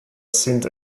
sind